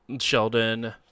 sheldon